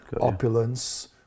opulence